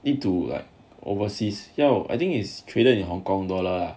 it to like overseas you I think is traded in hong-kong dollar